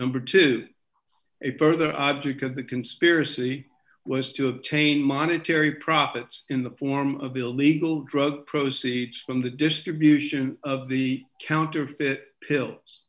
number two a further object of the conspiracy was to obtain monetary profits in the form of illegal drug proceeds from the distribution of the counterfeit pills